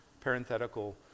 parenthetical